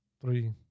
Three